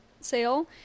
sale